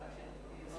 כן.